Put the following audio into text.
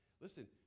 listen